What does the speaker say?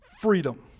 Freedom